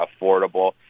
affordable